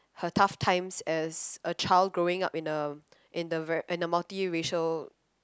her tough times as a child growing up in a in the ver~ in a multiracial